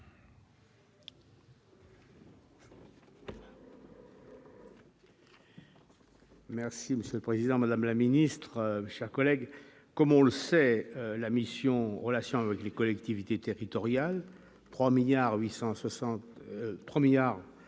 Monsieur le Président, Madame la Ministre Monsieur a collègues comme on le sait, la mission relations avec les collectivités territoriales 3 milliards